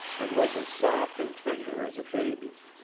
and was as soft and tender as a baby's.